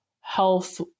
health